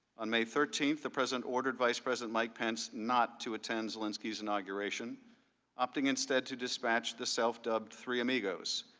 on may thirteenth the president ordered vice president like pence not to attend so linsky's inauguration opting instead to dispatch the so dubbed three amigos.